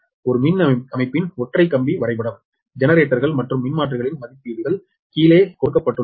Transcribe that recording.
எனவே ஒரு மின் அமைப்பின் ஒற்றை கம்பி வரைபடம் ஜெனரேட்டர்கள் மற்றும் மின்மாற்றிகளின் மதிப்பீடுகள் கீழே கொடுக்கப்பட்டுள்ளன